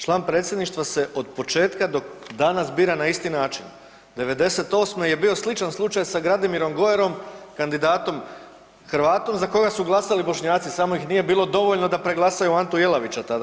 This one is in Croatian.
Član Predsjedništva se od početka do danas bira na isti način. '98. je bio sličan slučaj sa Gradimirom Gojerom kandidatom Hrvatom za kojeg su glasali Bošnjaci samo ih nije bilo dovoljno da preglasaju Antu Jelavića tada.